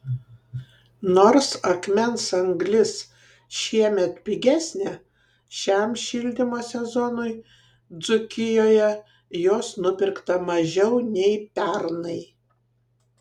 nors akmens anglis šiemet pigesnė šiam šildymo sezonui dzūkijoje jos nupirkta mažiau nei pernai